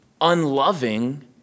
unloving